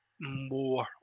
more